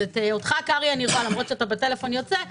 אז אותך, קרעי, אני רואה הרבה,